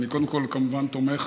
אני קודם כול כמובן תומך